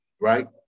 right